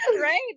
Right